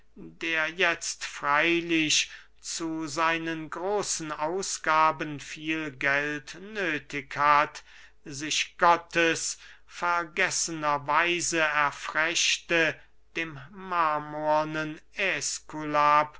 der jetzt freylich zu seinen großen ausgaben viel geld nöthig hat sich gottesvergessener weise erfrechte dem marmornen